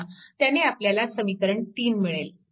त्याने आपल्याला समीकरण 3 मिळेल